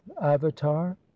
avatar